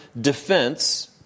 defense